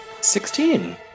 sixteen